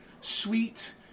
sweet